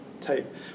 type